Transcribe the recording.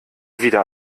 wieder